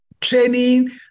Training